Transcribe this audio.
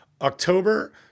October